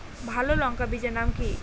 ভালো লঙ্কা বীজের নাম কি?